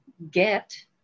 get